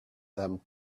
them